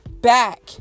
back